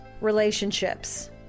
relationships